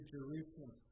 Jerusalem